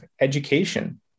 education